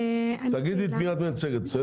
את מי את מייצגת?